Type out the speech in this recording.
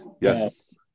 Yes